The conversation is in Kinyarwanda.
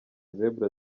zebra